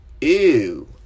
Ew